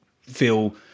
feel